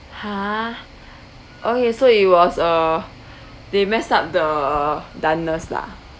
!huh! okay so it was uh they messed up the doneness lah